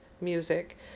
music